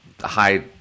High